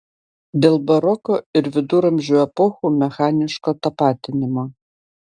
dėl baroko ir viduramžių epochų mechaniško tapatinimo